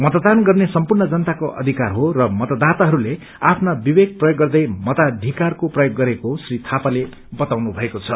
मतदान गर्ने सम्पूर्ण जनताको अधिकार हो र मतदाताहरुले आफ्ना विवेक प्रयोग गर्दै मताधिकारको प्रयोग गरेको श्री थापाले बताउनु भएको छ